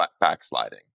backsliding